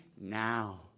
now